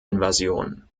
invasion